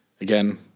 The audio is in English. again